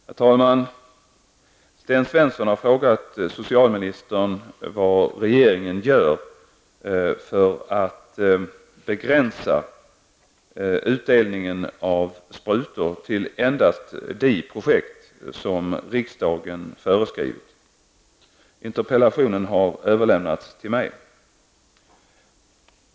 Herr talman! Sten Svensson har frågat socialministern vad regeringen gör för att begränsa utdelningen av sprutor till endast de projekt som riksdagen föreskrivit. Interpellationen har överlämnats till mig.